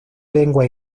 lengua